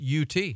UT